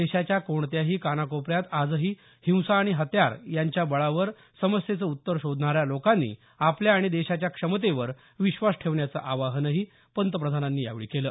देशाच्या कोणत्याही कानाकोपऱ्यात आजही हिंसा आणि हत्यार यांच्या बळावर समस्येचं उत्तर शोधणाऱ्या लोकांनी आपल्या आणि देशाच्या क्षमतेवर विश्वास ठेवण्याचं आवाहनही पंतप्रधानांनी यावेळी केलं